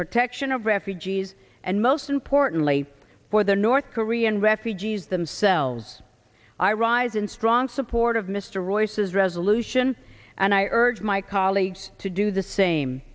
protection of refugees and most importantly for the north korean refugees themselves i rise in strong support of mr royce's resolution and i urge my colleagues to do the same